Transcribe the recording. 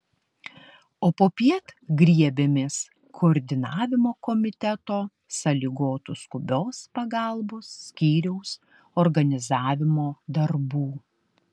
o popiet griebėmės koordinavimo komiteto sąlygotų skubios pagalbos skyriaus organizavimo darbų